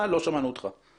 והוא זה שמאפשר לנת"ע